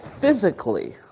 physically